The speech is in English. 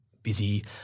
busy